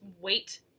wait